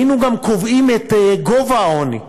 היינו גם קובעים את גובה העוני,